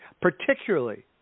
particularly